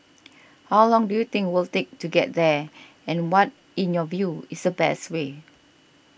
how long do you think we'll take to get there and what in your view is the best way